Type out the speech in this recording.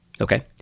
Okay